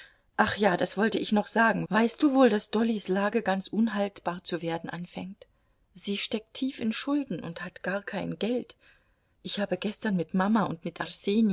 ach ja das wollte ich noch sagen weißt du wohl daß dollys lage ganz unhaltbar zu werden anfängt sie steckt tief in schulden und hat gar kein geld ich habe gestern mit mama und mit